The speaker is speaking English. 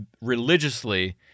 religiously